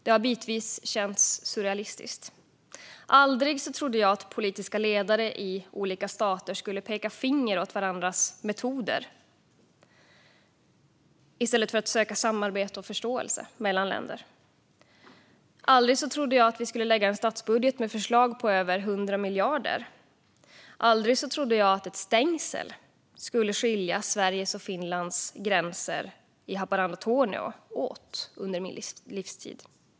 Det har bitvis känts surrealistiskt. Aldrig trodde jag att politiska ledare i olika stater skulle peka finger åt varandras metoder i stället för att söka samarbete och förståelse mellan länder. Aldrig trodde jag att vi skulle lägga fram en statsbudget med förslag för över 100 miljarder. Aldrig trodde jag att ett stängsel vid gränsen mellan Haparanda och Torneo skulle skilja Sverige och Finland åt under min livstid.